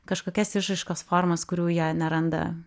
kažkokias išraiškos formas kurių jie neranda